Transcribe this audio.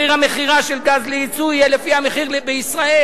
מחיר המכירה של גז ליצוא יהיה לפי המחיר בישראל,